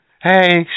Hey